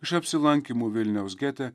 iš apsilankymų vilniaus gete